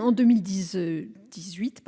En 2018,